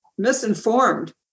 Misinformed